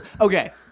Okay